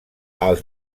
els